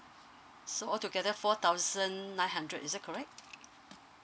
so all together four thousand nine hundred is it correct